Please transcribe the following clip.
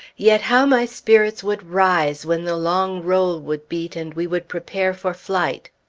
yet how my spirits would rise when the long roll would beat, and we would prepare for flight!